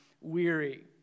weary